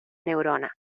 neurona